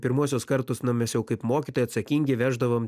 pirmuosius kartus nu mes jau kaip mokytojai atsakingi veždavom